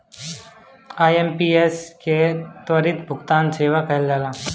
IMPS के त्वरित भुगतान सेवा कहल जाला